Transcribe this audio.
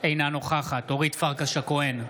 אינה נוכחת אורית פרקש הכהן,